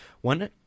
One